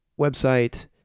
website